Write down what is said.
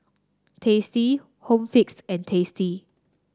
Tasty Home Fix and Tasty